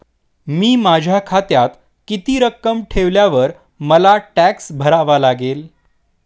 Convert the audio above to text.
मी माझ्या खात्यात किती रक्कम ठेवल्यावर मला टॅक्स भरावा लागेल?